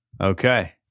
Okay